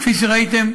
כפי שראיתם,